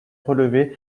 relever